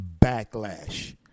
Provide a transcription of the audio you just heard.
backlash